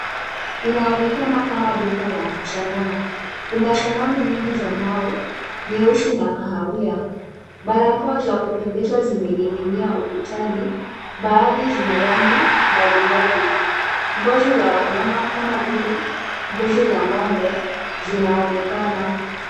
Inaonekana kama duka la sanaa, kuna sanamu mingi za mbao nyeusi na kahawia. Barakoa za kupendeza zimening'inia ukutani baadhi zina rangi mbalimbali. Ngozi za wanyama kama vile ngozi za ng'ombe zinaonekana.